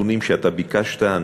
לנתונים שביקשת.